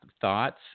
thoughts